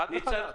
חד וחלק.